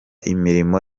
imirimo